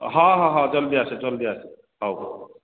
ହଁ ହଁ ହଁ ଜଲ୍ଦି ଆସ ଜଲ୍ଦି ଆସ ହଉ